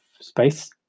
space